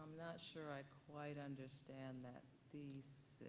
not sure i quite understand that thesis.